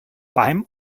beim